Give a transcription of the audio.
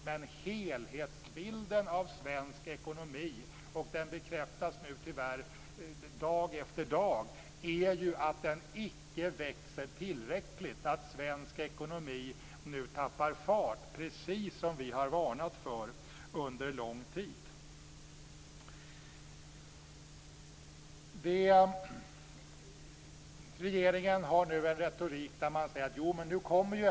Men helhetsbilden av svensk ekonomi - den bekräftas dag efter dag - är att den inte växer tillräckligt, att svensk ekonomi tappar fart - precis som vi har varnat för under lång tid. Regeringen har en retorik som går ut på att jobben nu finns.